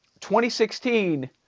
2016